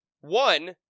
one